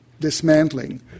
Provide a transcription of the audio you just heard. dismantling